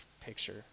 picture